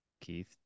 Keith